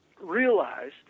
realize